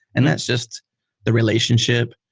and that's just the relationship.